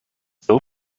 still